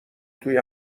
توی